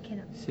cannot